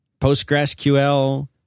PostgreSQL